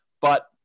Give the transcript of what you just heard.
but-